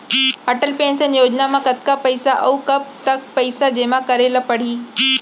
Atal pension योजना म कतका पइसा, अऊ कब तक पइसा जेमा करे ल परही?